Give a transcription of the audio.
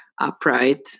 upright